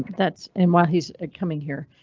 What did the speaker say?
that's and why he's coming here.